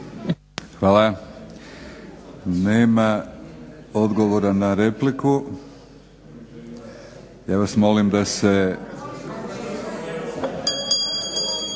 Hvala. Nema odgovora na repliku. Ja vas molim da se,